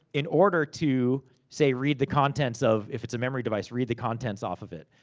in order to say, read the contents of, if it's a memory device, read the contents off of it.